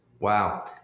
Wow